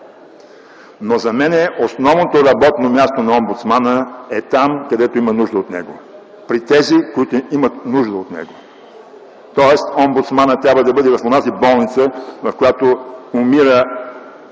но за мен основното работно място на омбудсманът е там, където има нужда от него, при тези, които имат нужда от него. Тоест омбудсманът трябва да бъде в онази болница, в която умира